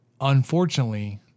Unfortunately